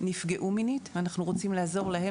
נפגעו מינית ואנחנו רוצים לעזור להם